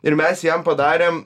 ir mes jam padarėm